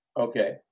okay